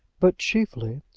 but chiefly,